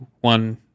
one